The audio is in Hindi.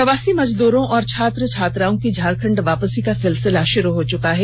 प्रवासी मजदुरों और छात्र छात्राओं की झारखंड वापसी का सिलसिला शुरू हो चुका है